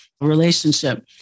relationship